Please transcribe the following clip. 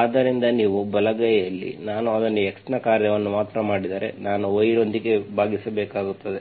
ಆದ್ದರಿಂದ ನೀವು ಬಲಗೈಯಲ್ಲಿ ನಾನು ಅದನ್ನು x ನ ಕಾರ್ಯವನ್ನು ಮಾತ್ರ ಮಾಡಿದರೆ ನಾನು y ನೊಂದಿಗೆ ಭಾಗಿಸಬೇಕಾಗುತ್ತದೆ